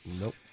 Nope